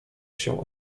się